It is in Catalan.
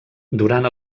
durant